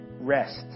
rest